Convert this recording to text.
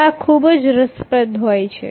આ ખૂબ જ રસપ્રદ હોય છે